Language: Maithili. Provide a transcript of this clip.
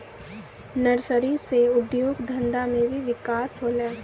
नर्सरी से उद्योग धंधा मे भी बिकास होलै